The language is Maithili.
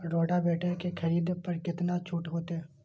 रोटावेटर के खरीद पर केतना छूट होते?